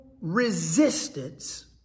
resistance